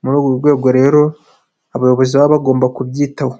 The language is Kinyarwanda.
ni muri urwo rwego rero abayobozi baba bagomba kubyitaho.